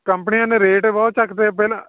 ਕੰਪਨੀਆਂ ਨੇ ਰੇਟ ਏ ਬਹੁਤ ਚੱਕ ਤੇ ਪਹਿਲਾਂ